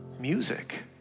music